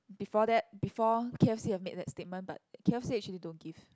before that before K_f_C have made that statement but K_f_C actually don't give